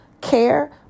care